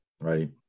right